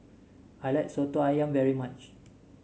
I like soto ayam very much